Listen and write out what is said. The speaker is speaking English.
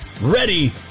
ready